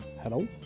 Hello